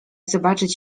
zobaczyć